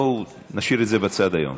בואו נשאיר את זה בצד היום.